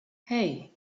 hey